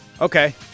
Okay